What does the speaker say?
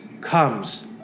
comes